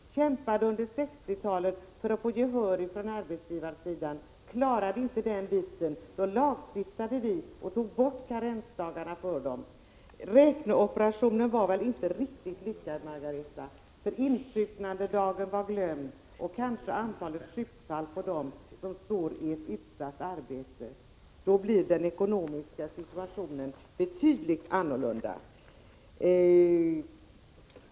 Det kämpade under 1960-talet för att få gehör från arbetsgivarsidan, men klarade inte den frågan. Då lagstiftade vi och tog bort karensdagarna för dem. Räkneoperationen var väl inte riktigt lyckad, Margareta Andrén, för insjuknandedagen var glömd och kanske också antalet sjukdomsfall bland dem som har ett utsatt arbete. Tar man hänsyn även till dessa faktorer finner man att den ekonomiska situationen blir betydligt annorlunda.